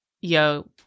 yo